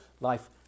life